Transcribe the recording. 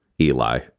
Eli